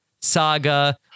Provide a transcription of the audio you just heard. saga